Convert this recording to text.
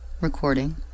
Recording